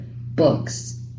books